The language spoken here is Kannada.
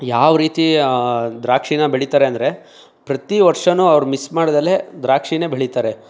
ಯಾವರೀತಿ ದ್ರಾಕ್ಷಿನ್ನ ಬೆಳೀತಾರೆ ಅಂದರೆ ಪ್ರತಿವರ್ಷವೂ ಅವ್ರು ಮಿಸ್ ಮಾಡ್ದೇ ದ್ರಾಕ್ಷಿಯೇ ಬೆಳೀತಾರೆ